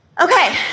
Okay